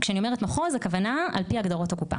כשאני אומרת "מחוז" הכוונה על-פי הגדרות הקופה.